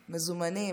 מזומנים,